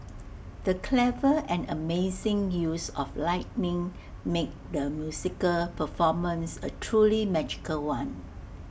the clever and amazing use of lighting made the musical performance A truly magical one